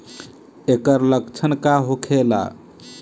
ऐकर लक्षण का होखेला?